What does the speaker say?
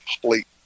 complete